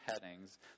headings